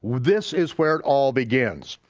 this is where it all begins.